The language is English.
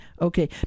okay